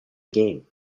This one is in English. game